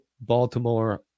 Baltimore